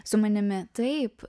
su manimi taip